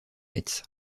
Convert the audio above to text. metz